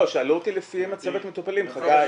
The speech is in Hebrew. לא, שאלו אותי לפי מצבת מטופלים, חגי.